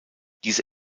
diese